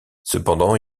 cependant